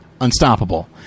Unstoppable